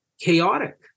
chaotic